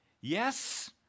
Yes